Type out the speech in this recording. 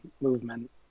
movement